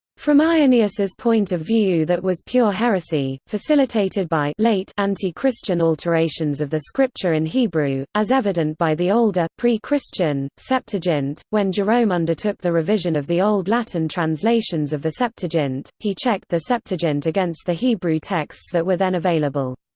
from irenaeus' point of view that was pure heresy, facilitated by anti-christian alterations of the scripture in hebrew, as evident by the older, pre-christian, septuagint when jerome undertook the revision of the old latin translations of the septuagint, he checked the septuagint against the hebrew texts that were then available.